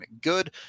good